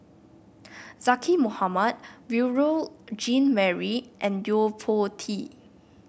Zaqy Mohamad Beurel Jean Marie and Yo Po Tee